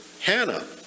Hannah